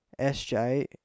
SJ